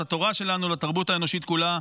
את התורה שלנו לתרבות האנושית כולה.